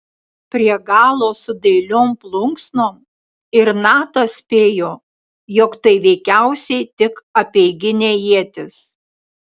prie galo su dailiom plunksnom ir natas spėjo jog tai veikiausiai tik apeiginė ietis